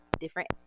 different